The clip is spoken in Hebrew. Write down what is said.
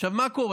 עכשיו, מה קורה?